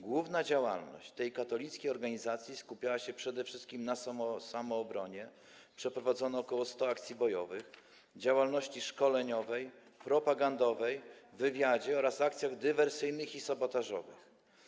Główna działalność tej katolickiej organizacji skupiała się przede wszystkim na samoobronie - przeprowadzono ok. 100 akcji bojowych - działalności szkoleniowej, propagandowej, wywiadzie oraz akcjach dywersyjnych i sabotażowych.